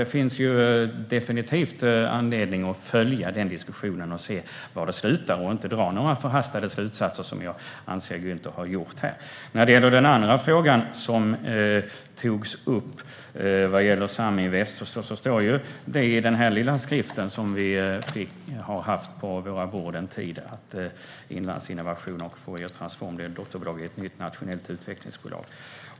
Det finns definitivt anledning att följa den diskussionen, se var den slutar och inte dra några förhastade slutsatser, vilket jag anser att Gunther har gjort här. När det gäller den andra frågan, om Saminvest, står det i denna skrift - som vi har haft på våra bord en tid - att Inlandsinnovation och Fouriertransform blir dotterbolag i ett nytt nationellt utvecklingsbolag.